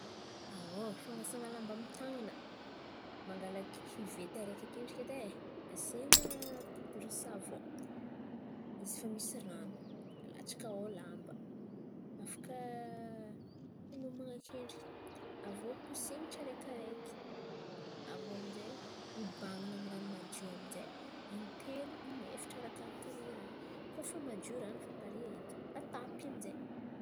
Fan̈asana lamba amy ny tàn̈ana, mangala kiveta araiky akendriky edy ai asian̈a poiodry savan, izy fa misy ran̈o alatsaka ao lamba. Afaka loman̈a akendriky avô kosehin̈y tsiaraikiaraiky, avô amin'jay oban̈ina amy ny ran̈o madio amizay intelo na inefatra arakaraka ny raha. Koa fa madio ran̈o fa pare edy, atapy amin'jay.